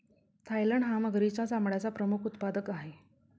Thailand हा मगरीच्या चामड्याचा प्रमुख उत्पादक आहे